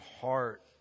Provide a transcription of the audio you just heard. heart